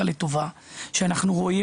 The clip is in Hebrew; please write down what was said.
כמונו, שאנחנו רואים